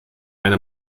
eine